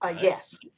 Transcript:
yes